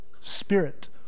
Spirit